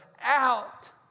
out